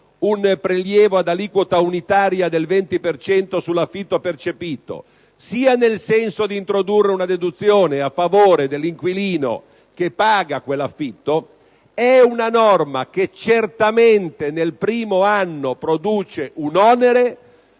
un prelievo ad aliquota unitaria del 20 per cento sull'affitto percepito, sia nel senso di introdurre una deduzione a favore dell'inquilino che paga quell'affitto - certamente nel primo anno produce un onere,